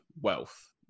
wealth